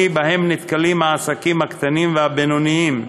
שבו נתקלים העסקים הקטנים והבינוניים,